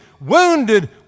wounded